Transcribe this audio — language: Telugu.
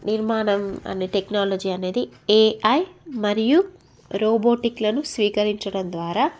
నిర్మాణం అన్ని టెక్నాలజీ అనేది ఏఐ మరియు రోబోటిక్లను స్వీకరించటం ద్వారా